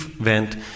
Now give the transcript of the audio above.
went